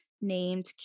named